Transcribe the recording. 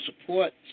support